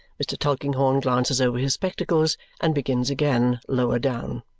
mr. tulkinghorn glances over his spectacles and begins again lower down.